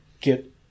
get